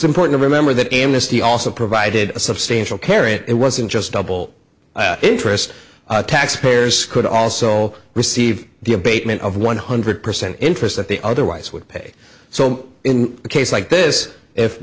important to remember that amnesty also provided a substantial care it wasn't just double interest tax payers could also receive the abatement of one hundred percent interest that they otherwise would pay so in a case like this if